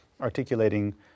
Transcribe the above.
articulating